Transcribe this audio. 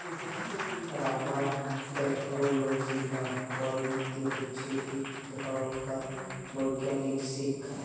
rubber technology বা পরযুক্তি হছে ইকট ধরলকার বৈগ্যালিক শিখ্খা